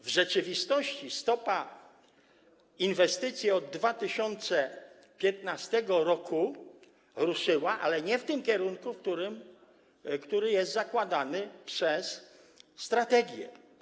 W rzeczywistości stopa inwestycji od 2015 r. ruszyła, ale nie w tym kierunku, który jest zakładany przez strategię.